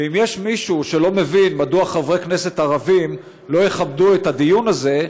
ואם יש מישהו שלא מבין מדוע חברי כנסת ערבים לא יכבדו את הדיון הזה,